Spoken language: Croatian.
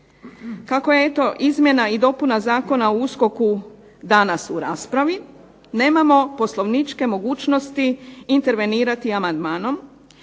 Kako je eto izmjena i dopuna Zakona o USKOK-u danas u raspravi nemamo poslovničke mogućnosti intervenirati amandmanom.